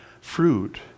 fruit